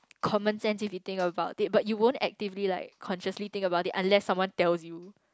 common sense if you think about it but you won't actively like consciously think about it unless someone tell you